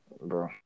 Bro